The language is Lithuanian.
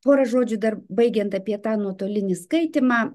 porą žodžių dar baigiant apie tą nuotolinį skaitymą